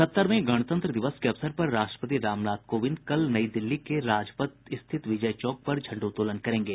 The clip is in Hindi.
सत्तरवें गणतंत्र दिवस के अवसर पर राष्ट्रपति रामनाथ कोविंद कल नई दिल्ली के राजपथ स्थित विजय चौक पर झण्डोत्तोलन करेंगे